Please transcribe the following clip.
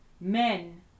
men